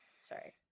sorry